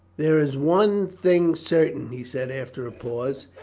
there is one thing certain, he said after a pause,